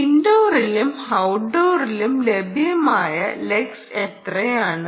ഇൻഡോറിലും ഔട്ട്ഡോറിലും ലഭ്യമാകുന്ന ലക്സ് എത്രയാണ്